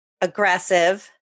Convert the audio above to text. aggressive